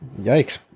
Yikes